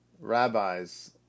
rabbis